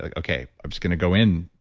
like okay, i'm just going to go in.